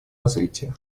развития